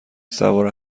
سوار